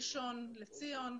ראשון לציון.